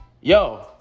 yo